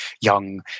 young